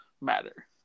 matter